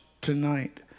tonight